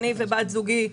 אני ובת זוגי,